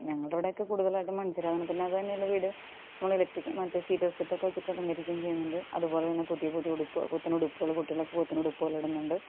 ഞങ്ങളുടെ ഇവിടെയൊക്കെ കൂടുതലായിട്ടും മണ്ചിരാതാണ് പിന്നത് തന്നെയല്ല വീട് നമ്മൾ ഇലട്രിക്ക് മറ്റേ സ്റ്റീരിയോ സെറ്റൊക്കെ വെച്ചിട്ടലങ്കരിക്കുകയും ചെയ്യുന്നുണ്ട് അതുപോലെ തന്നെ പുതിയ പുതിയ ഉടുപ്പ് പുത്തനുടുപ്പുകള് കുട്ടികൾക്ക് പുത്തനുടുപ്പുകളിടുന്നുണ്ട്